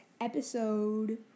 episode